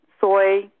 soy